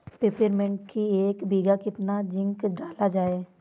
Peppermint की एक बीघा कितना जिंक डाला जाए?